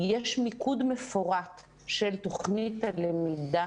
יש מיקוד מפורט של תוכנית הלמידה,